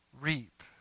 reap